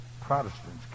Protestants